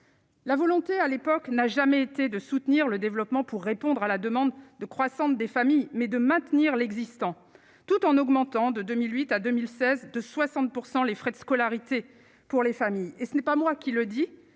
La volonté, à l'époque n'a jamais été de soutenir le développement, pour répondre à la demande de croissante des familles mais de maintenir l'existant tout en augmentant de 2008 à 2016 de 60 % les frais de scolarité pour les familles, et ce n'est pas moi qui le dit,